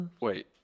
Wait